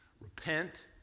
Repent